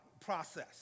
process